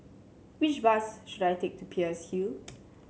which bus should I take to Peirce Hill